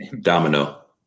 Domino